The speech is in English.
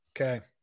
Okay